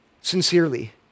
sincerely